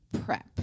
prep